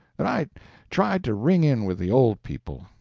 that i tried to ring in with the old people,